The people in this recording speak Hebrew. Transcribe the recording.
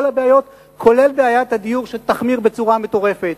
הבעיות כולל בעיית הדיור שתחמיר בצורה מטורפת,